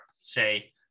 say